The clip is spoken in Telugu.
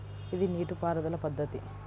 ఇది నీటిపారుదల పద్ధతి